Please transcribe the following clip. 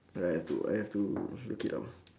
I I'll have to I have to look it up